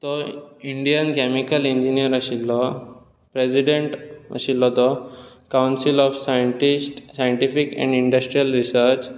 तो Indian chemical engineer आशिल्लो president आशिल्लो तो council of scientist scientific and Indian research